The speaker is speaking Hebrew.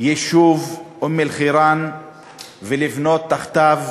היישוב אום-אלחיראן ולבנות תחתיו